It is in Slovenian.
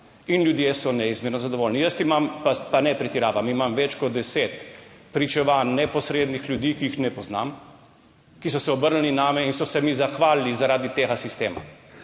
in ljudje so neizmerno zadovoljni. Jaz imam, pa ne pretiravam, imam več kot deset pričevanj neposrednih ljudi, ki jih ne poznam, ki so se obrnili name in so se mi zahvalili, zaradi tega sistema.